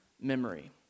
memory